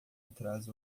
atrás